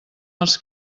els